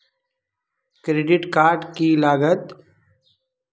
Credit card की लागत?